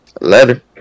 Later